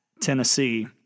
Tennessee